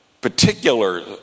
particular